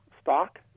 stock